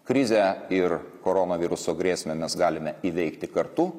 krizę ir koronaviruso grėsmę mes galime įveikti kartu